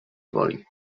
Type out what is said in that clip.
woli